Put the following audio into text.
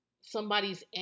somebody's